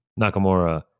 Nakamura